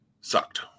sucked